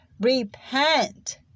Repent